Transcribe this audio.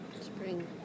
Spring